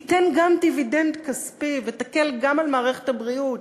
תיתן גם דיבידנד כספי ותקל גם על מערכת הבריאות.